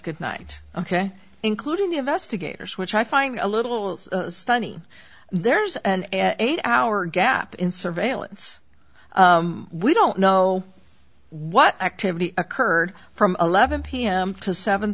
good night ok including the investigators which i find a little stunning there's an an hour gap in surveillance we don't know what activity occurred from eleven pm to seven